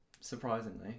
surprisingly